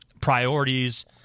priorities